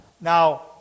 now